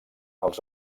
als